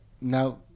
now